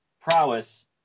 prowess